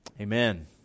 Amen